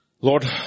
Lord